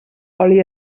oli